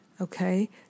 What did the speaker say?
okay